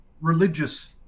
religious